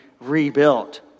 rebuilt